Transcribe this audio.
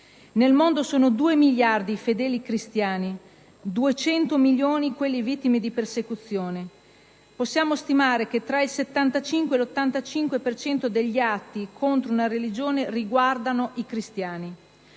nel mondo sono 2 miliardi i fedeli cristiani, 200 milioni dei quali vittime di persecuzione; possiamo stimare che tra il 75 e l'85 per cento degli atti contro una religione riguardi i cristiani.